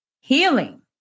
healing